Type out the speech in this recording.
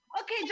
okay